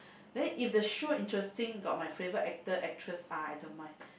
then if the show interesting got my favourite actor actress ah I don't mind